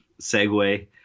segue